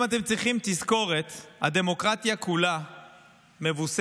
אם אתם צריכים תזכורת, הדמוקרטיה כולה מבוססת